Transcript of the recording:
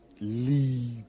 Lead